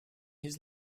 his